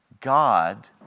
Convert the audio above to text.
God